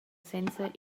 senza